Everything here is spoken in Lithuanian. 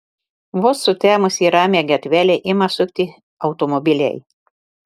vos sutemus į ramią gatvelę ima sukti automobiliai